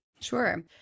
Sure